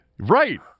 Right